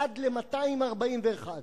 1 ל-241.